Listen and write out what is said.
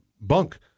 bunk